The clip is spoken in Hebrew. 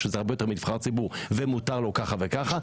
שזה הרבה יותר מנבחר ציבור ומור לו ככה וככה,